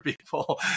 people